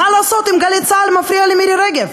מה לעשות אם "גלי צה"ל" מפריעה למירי רגב?